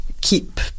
keep